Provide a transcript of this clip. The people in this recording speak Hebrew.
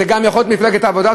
זה יכול להיות גם ממפלגת העבודה,